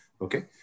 okay